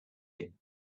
him